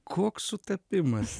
koks sutapimas